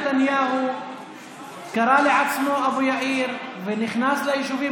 נתניהו קרא לעצמו אבו יאיר ונכנס ליישובים